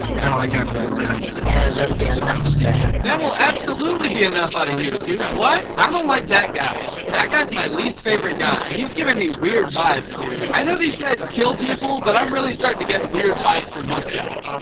kinda like having her around. yeah, that'll be enough of that. that will absolutely be enough out of you, dude, what? i don't like that guy. that guy is my least favorite guy. he's giving me weird vibes, dude. i know these guys kill people but i'm really starting to get weird vibes from this guy.